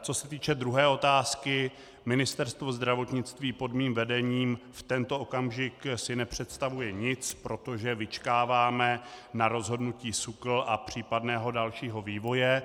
Co se týče druhé otázky, Ministerstvo zdravotnictví pod mým vedením si v tento okamžik nepředstavuje nic, protože vyčkáváme na rozhodnutí SÚKLu a případný další vývoj.